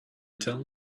tell